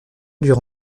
dure